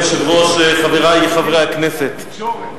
תקשורת.